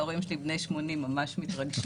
ההורים שלי בני 80 והם ממש מתרגשים.